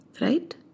Right